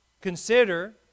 Consider